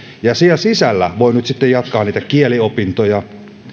ja siellä sisällä voi nyt sitten jatkaa niitä kieliopintoja